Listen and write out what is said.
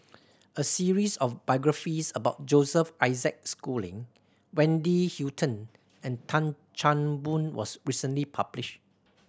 a series of biographies about Joseph Isaac Schooling Wendy Hutton and Tan Chan Boon was recently published